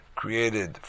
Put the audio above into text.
created